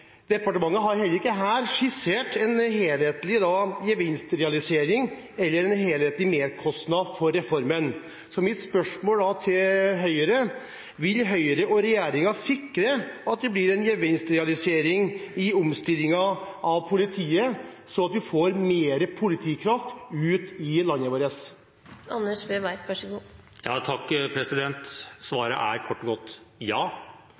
Departementet har heller ikke i denne saken skissert en helhetlig gevinstrealisering eller en helhetlig merkostnad for reformen. Så mitt spørsmål til Høyre blir da: Vil Høyre og regjeringen sikre at det blir en gevinstrealisering i omstillingen av politiet, sånn at vi får mer politikraft ut i landet vårt? Svaret er kort og godt ja,